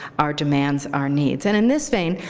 our demands, our needs. and in this vein,